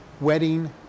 wedding